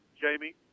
Jamie